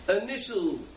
initial